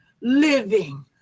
living